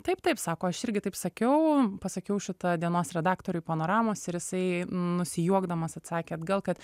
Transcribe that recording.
taip taip sako aš irgi taip sakiau pasakiau šitą dienos redaktoriui panoramos ir jisai nusijuokdamas atsakė atgal kad